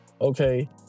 okay